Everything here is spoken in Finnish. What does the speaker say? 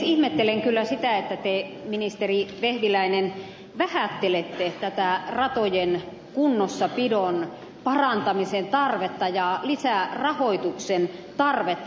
ihmettelen kyllä sitä että te ministeri vehviläinen vähättelette tätä ratojen kunnossapidon parantamisen tarvetta ja lisärahoituksen tarvetta